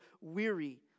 weary